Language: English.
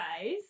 guys